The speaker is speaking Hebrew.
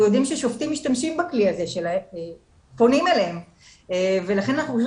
אנחנו יודעים ששופטים משתמשים בכלי הזה ופונים אלינו ולכן אנחנו חושבים